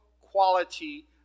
quality